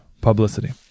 publicity